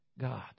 God